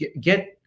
get